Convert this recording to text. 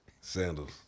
Sandals